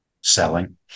Selling